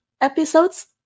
episodes